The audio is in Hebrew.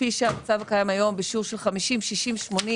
כפי שהמצב הקיים היום בשיעור של 50, 60, 80